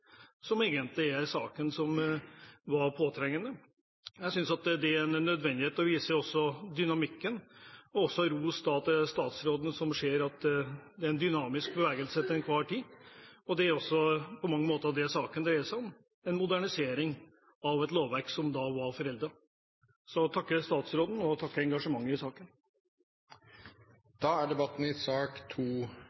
lovverket, som egentlig er saken, som var påtrengende. Jeg synes at det er en nødvendighet, og det viser jo også dynamikken. Jeg vil også gi ros til statsråden, som ser at det er en dynamisk bevegelse til enhver tid. Det er også det som denne saken på mange måter dreier seg om: en modernisering av et lovverk som var foreldet. Så jeg takker statsråden, og jeg takker for engasjementet i saken.